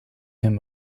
him